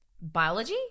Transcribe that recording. biology